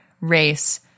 race